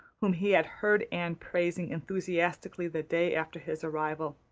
whom he had heard anne praising enthusiastically the day after his arrival.